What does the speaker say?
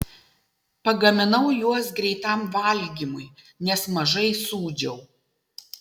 pagaminau juos greitam valgymui nes mažai sūdžiau